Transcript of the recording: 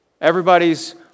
Everybody's